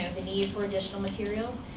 the need for additional materials,